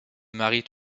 marient